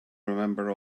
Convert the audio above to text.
remember